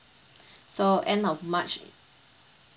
so end of march